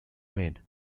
made